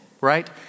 right